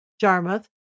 Jarmuth